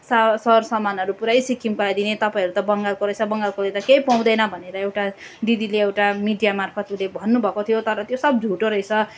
सा सर सामानहरू पुरै सिक्किमकोलाई दिने तपाईँहरू त बङ्गालको रहेछ बङ्गालकोले त केही पाउँदैन भनेर एउटा दिदीले एउटा मिडिया मार्फत उसले भन्नु भएको थियो तर त्यो सब झुटो रहेछ